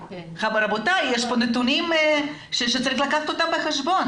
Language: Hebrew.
רבותיי, יש כאן נתונים שצריך לקחת אותם בחשבון.